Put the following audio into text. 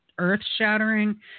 earth-shattering